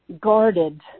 guarded